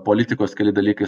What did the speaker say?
politikos keli dalykai